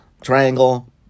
Triangle